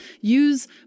use